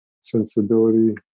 sensibility